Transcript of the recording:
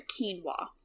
quinoa